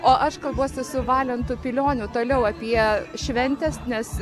o aš kalbuosi su valentu pilioniu toliau apie šventes nes